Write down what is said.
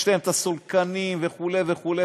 יש להם הסולקנים וכו' וכו',